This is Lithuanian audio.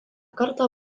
kartą